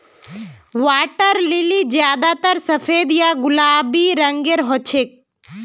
water lily ज्यादातर सफेद या गुलाबी रंगेर हछेक